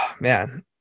Man